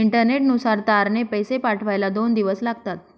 इंटरनेटनुसार तारने पैसे पाठवायला दोन दिवस लागतात